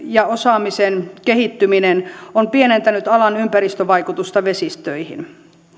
ja osaamisen kehittyminen on pienentänyt alan ympäristövaikutusta vesistöihin